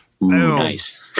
Nice